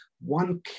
one